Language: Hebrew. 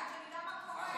שתעלה ליציע עד שנדע מה קורה.